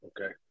okay